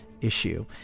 issue